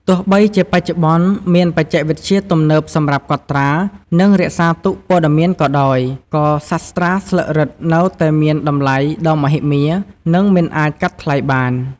ទោះបីជាបច្ចុប្បន្នមានបច្ចេកវិទ្យាទំនើបសម្រាប់កត់ត្រា និងរក្សាទុកព័ត៌មានក៏ដោយ ក៏សាស្រ្តាស្លឹករឹតនៅតែមានតម្លៃដ៏មហិមា និងមិនអាចកាត់ថ្លៃបាន។